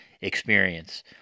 experience